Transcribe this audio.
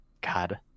God